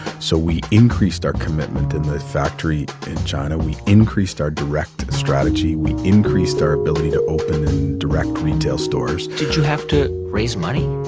so we increased our commitment in the factory in china. we increased our direct strategy. we increased our ability to open in direct retail stores did you have to raise money?